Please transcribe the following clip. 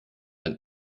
ein